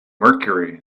mercury